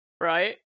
Right